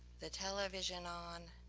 the television on,